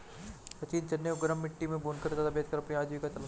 सचिन चने को गरम मिट्टी में भूनकर तथा बेचकर अपनी आजीविका चलाते हैं